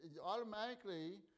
automatically